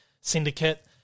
syndicate